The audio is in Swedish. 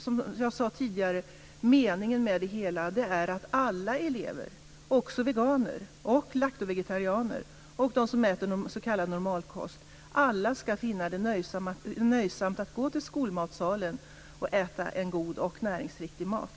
Som jag tidigare sade är meningen med det hela att alla elever - såväl veganer och laktovegetarianer som de som äter s.k. normalkost - ska finna det nöjsamt att gå till skolmatsalen och äta en god och näringsriktig mat.